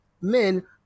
men